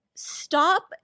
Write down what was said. Stop